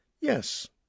Yes